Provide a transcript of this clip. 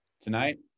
Tonight